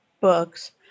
books